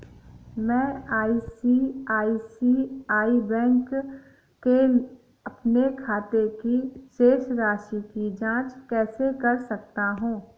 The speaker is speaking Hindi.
मैं आई.सी.आई.सी.आई बैंक के अपने खाते की शेष राशि की जाँच कैसे कर सकता हूँ?